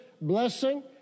blessing